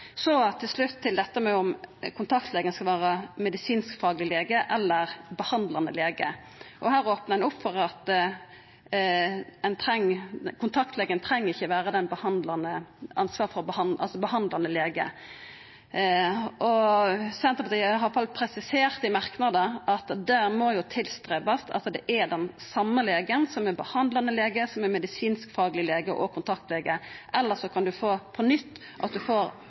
kontaktlege skal vera medisinskfagleg lege eller behandlande lege: Her opnar ein opp for at kontaktlegen ikkje treng vera den behandlande legen. Senterpartiet har presisert i merknader at ein må arbeida for at det er den same legen som er behandlande lege, som er medisinskfagleg lege og kontaktlege. Elles kan det på nytt verta slik at ein får